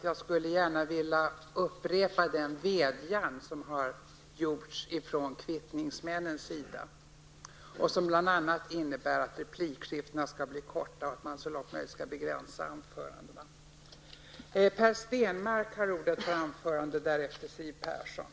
Jag skulle gärna vilja upprepa den vädjan som har gjorts från kvittningsmännens sida och som bl.a. innebär att replikskiftena skall bli korta och att man så långt som möjligt skall begränsa anförandena.